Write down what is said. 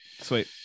Sweet